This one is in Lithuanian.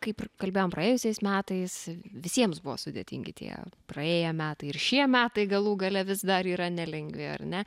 kaip kalbėjom praėjusiais metais visiems buvo sudėtingi tie praėję metai ir šie metai galų gale vis dar yra nelengvi ar ne